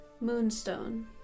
Moonstone